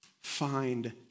find